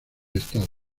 estado